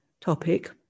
topic